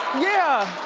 yeah.